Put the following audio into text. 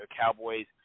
Cowboys